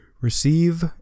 receive